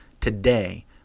Today